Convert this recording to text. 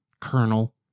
colonel